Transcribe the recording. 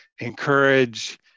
encourage